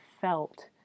felt